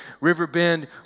Riverbend